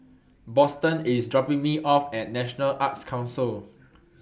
Boston IS dropping Me off At National Arts Council